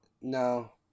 No